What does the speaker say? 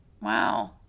wow